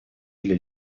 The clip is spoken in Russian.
для